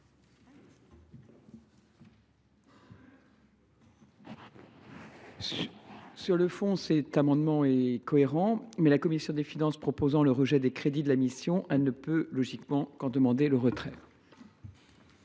un tel amendement. Toutefois, la commission des finances proposant le rejet des crédits de la mission, elle ne peut logiquement qu’en demander le retrait.